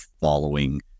following